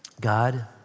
God